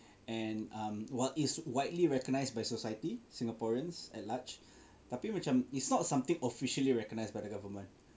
and um while it's widely recognised by society singaporeans at large tapi macam it's not something officially recognized by the government